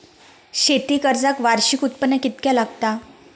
शेती कर्जाक वार्षिक उत्पन्न कितक्या लागता?